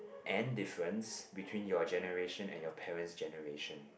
and difference between your generation and your parent's generation